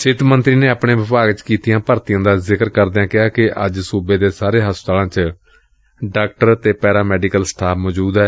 ਸਿਹਤ ਮੰਤਰੀ ਨੇ ਆਪਣੇ ਵਿਭਾਗ ਚ ਕੀਤੀਆਂ ਭਰਤੀਆਂ ਦਾ ਜ਼ਿਕਰ ਕਰਦਿਆਂ ਕਿਹਾ ਕਿ ਅੱਜ ਸੁਬੇ ਦੇ ਸਾਰੇ ਹਸਪਤਾਲਾਂ ਵਿਚ ਡਾਕਟਰ ਅਤੇ ਪੈਰਾ ਮੈਡੀਕਲ ਸਟਾਫ਼ ਮੌਜੁਦ ਏ